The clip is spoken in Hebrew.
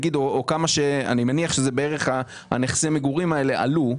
או כמה שאני מניח שנכסי המגורים האלה עלו.